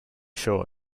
sure